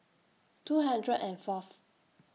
two hundred and Fourth